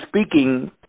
speaking